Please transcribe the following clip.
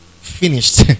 Finished